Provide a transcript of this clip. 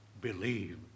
Believe